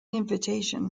invitation